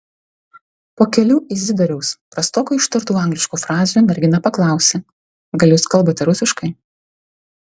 po kelių izidoriaus prastokai ištartų angliškų frazių mergina paklausė gal jūs kalbate rusiškai